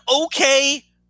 okay